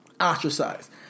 ostracized